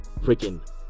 freaking